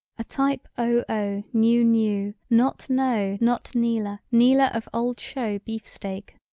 a type oh oh new new not no not knealer knealer of old show beefsteak,